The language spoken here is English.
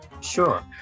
Sure